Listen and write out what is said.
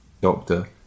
doctor